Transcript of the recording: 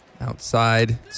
Outside